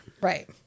Right